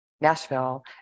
Nashville